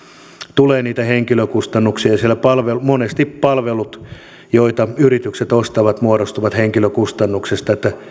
tulee niitä henkilökustannuksia sillä monesti palveluista joita yritykset ostavat muodostuu henkilökustannuksia